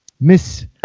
Miss